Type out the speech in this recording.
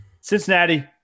Cincinnati